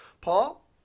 Paul